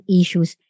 issues